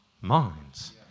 minds